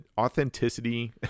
authenticity